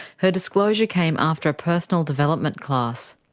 her disclosure came after a personal development class.